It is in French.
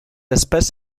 espèce